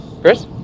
Chris